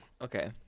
Okay